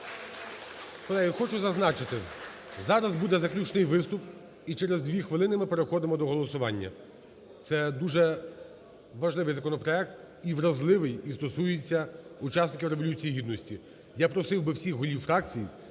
Колеги, я хочу зазначити, зараз буде заключний виступ і через 2 хвилини ми переходимо до голосування. Це дуже важливий законопроект, і вразливий, і стосується учасників Революції Гідності. Я просив би всіх голів фракцій